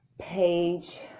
page